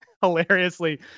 hilariously